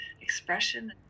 expression